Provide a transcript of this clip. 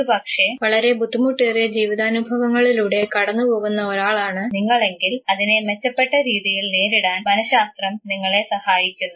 ഒരുപക്ഷേ വളരെ ബുദ്ധിമുട്ടേറിയ ജീവിതാനുഭവങ്ങളിലൂടെ കടന്നുപോകുന്ന ഒരാളാണ് നിങ്ങളെങ്കിൽ അതിനെ മെച്ചപ്പെട്ട രീതിയിൽ നേരിടാൻ മനശാസ്ത്രം നിങ്ങളെ സഹായിക്കുന്നു